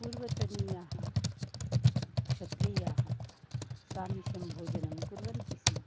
पूर्वतनीयाः क्षत्रियाः सामिषं भोजनं कुर्वन्ति स्म